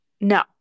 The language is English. no